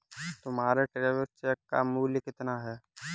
तुम्हारे travellers cheque का मूल्य कितना है?